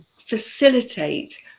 facilitate